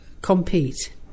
compete